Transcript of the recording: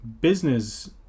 business